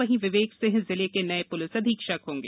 वहीं विवेक सिंह जिले के नए प्लिस अधीक्षक होंगे